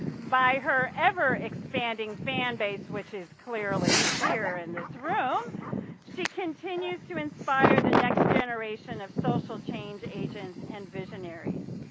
by her ever expanding fan base, which is clearly here in this room she continues to inspire the next generation of social change agents and visionaries.